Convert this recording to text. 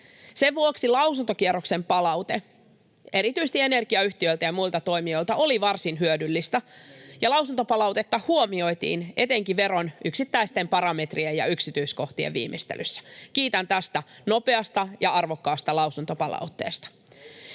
Sen vuoksi lausuntokierroksen palaute erityisesti energiayhtiöiltä ja muilta toimijoilta oli varsin hyödyllistä, ja lausuntopalautetta huomioitiin etenkin veron yksittäisten parametrien ja yksityiskohtien viimeistelyssä. Kiitän tästä nopeasta ja arvokkaasta lausuntopalautteesta.